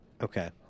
Okay